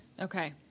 Okay